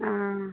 हँ